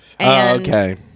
Okay